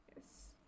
Yes